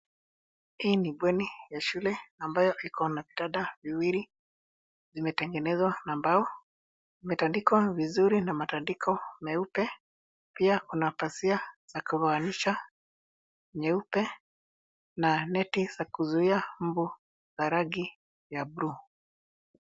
Hii ni bweni ya shule ambayo iko na vitanda viwili zimetengenezwa na mbao. Imetandikwa vizuri na matandiko meupe. Pia kuna pazia za kufaanisha nyeupe na neti za kuzuia mbu za rangi ya bluu.